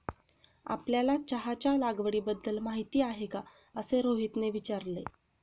आपल्याला चहाच्या लागवडीबद्दल माहीती आहे का असे रोहितने विचारले?